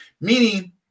meaning